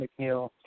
McNeil